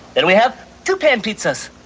and we have two pan pizzas